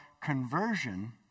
conversion